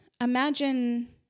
imagine